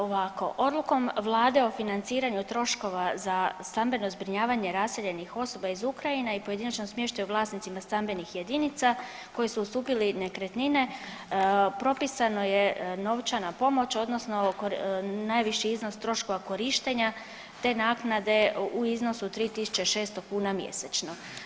Ovako, odlukom vlade o financiranju troškova za stambeno zbrinjavanje raseljenih osoba iz Ukrajine i u pojedinačnom smještaju vlasnicima stambenih jedinica koji su ustupili nekretnine propisano je novčana pomoć odnosno najviši iznos troškova korištenja te naknade u iznosu 3.600 kuna mjesečno.